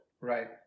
Right